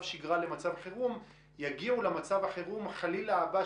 שגרה למצב חירום יגיעו למצב החירום הבא,